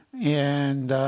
and